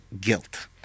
guilt